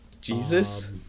Jesus